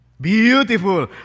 Beautiful